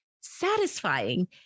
satisfying